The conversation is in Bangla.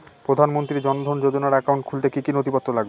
প্রধানমন্ত্রী জন ধন যোজনার একাউন্ট খুলতে কি কি নথিপত্র লাগবে?